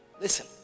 Listen